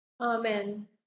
Amen